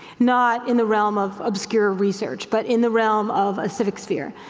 not in the realm of obscure research, but in the realm of a civic sphere.